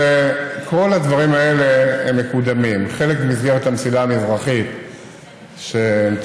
לפני 13 שנה, בערב שמחת תורה, שני